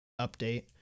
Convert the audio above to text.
Update